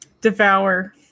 devour